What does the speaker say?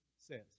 says